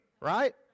Right